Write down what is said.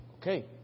okay